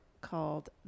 called